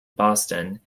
boston